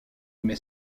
mais